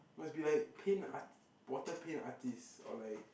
must be like paint art~ water paint artist or like